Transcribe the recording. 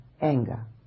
anger